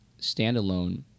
standalone